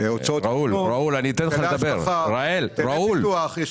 היטלי השבחה, היטלי פיתוח.